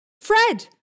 Fred